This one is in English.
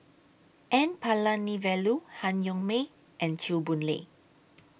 N Palanivelu Han Yong May and Chew Boon Lay